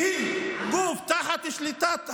שהיא גוף תחת שליטת המשטרה,